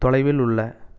தொலைவில் உள்ள